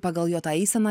pagal jo tą eiseną